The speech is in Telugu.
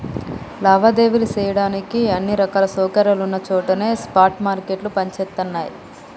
లావాదేవీలు చెయ్యడానికి అన్ని రకాల సౌకర్యాలున్న చోటనే స్పాట్ మార్కెట్లు పనిచేత్తయ్యి